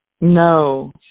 No